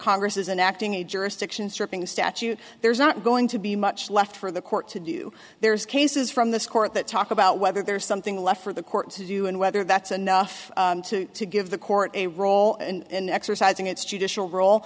congress isn't acting in a jurisdiction stripping the statute there's not going to be much left for the court to do there's cases from this court that talk about whether there is something left for the court to do and whether that's enough to give the court a role and exercising its judicial r